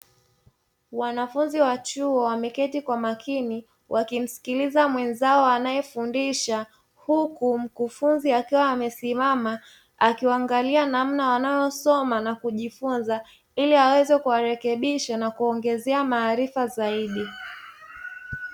Wanafunzi wa chuo wameketi kwa makini wakimskiliza mwenzao anaefundisha. Huku mkufunzi akiwa amesimama akiwaangalia namna wanavyosoma na kujifunza, ili aweze kuwarekebisha na kuwaongezea maarifa zaidi.